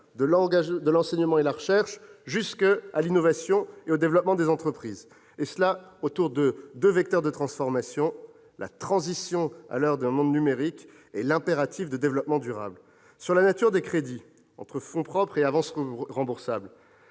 de l'enseignement et la recherche jusqu'à l'innovation et le développement des entreprises, autour de deux vecteurs de transformation : la transition à l'heure d'un monde numérique et l'impératif de développement durable. Sur la nature des crédits, entre fonds propres et avances remboursables,